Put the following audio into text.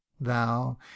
thou